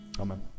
Amen